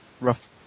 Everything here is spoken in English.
rough